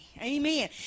Amen